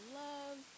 love